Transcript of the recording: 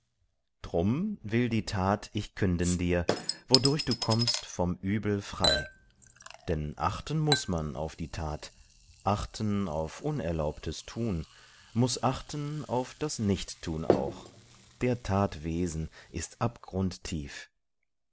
drum will die tat ich künden dir wodurch du kommst vom übel frei denn achten muß man auf die tat achten auf unerlaubtes tun muß achten auf das nichttun auch der tat wesen ist abgrundtief